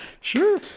Sure